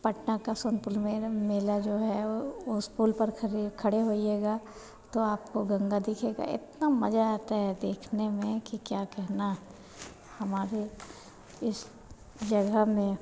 पटना के सोनपुर मेला जो है वह उस पुल पर खड़े खड़े होइएगा तो आपको गंगा दिखेगा इतना मज़ा आता है देखने में कि क्या कहना हमारे इस जगह में